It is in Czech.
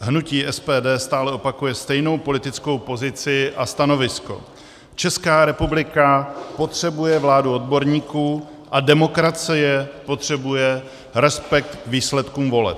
Hnutí SPD stále opakuje stejnou politickou pozici a stanovisko: Česká republika potřebuje vládu odborníků a demokracie potřebuje respekt k výsledkům voleb.